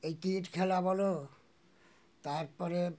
এই ক্রিকেট খেলা বলো তার পরে